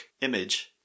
image